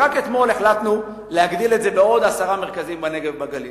רק אתמול החלטנו להגדיל את זה בעוד עשרה מרכזים בנגב ובגליל.